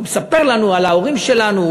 הוא מספר לנו על ההורים שלנו,